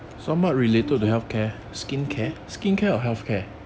skincare